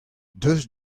deus